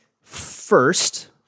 first